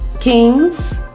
Kings